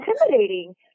intimidating